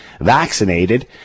vaccinated